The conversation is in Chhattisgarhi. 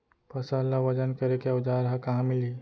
फसल ला वजन करे के औज़ार हा कहाँ मिलही?